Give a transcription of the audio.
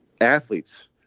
athletes